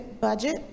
budget